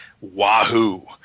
wahoo